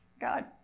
God